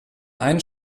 ein